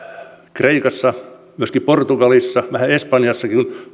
kreikassa myöskin portugalissa vähän espanjassakin